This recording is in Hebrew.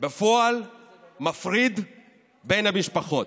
בפועל מפריד את המשפחות.